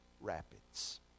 rapids